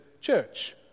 church